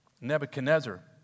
Nebuchadnezzar